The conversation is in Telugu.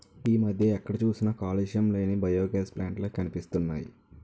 ఈ మధ్య ఎక్కడ చూసినా కాలుష్యం లేని బయోగాస్ ప్లాంట్ లే కనిపిస్తున్నాయ్